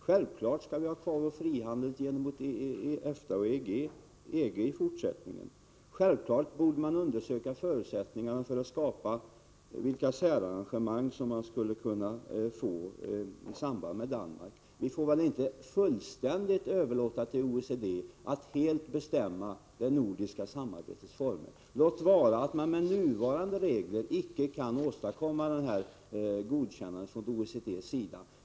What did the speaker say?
Självfallet skall vi ha kvar vår frihandel gentemot EFTA och EG i fortsättningen, och självfallet borde man undersöka förutsättningarna för vilka särarrangemang med Danmark som skulle kunna åstadkommas. Vi får väl inte överlåta åt OECD att helt bestämma det nordiska samarbetets former, låt vara att vi med nuvarande regler inte kan åstadkomma ett godkännande från OECD:s sida.